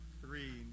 Three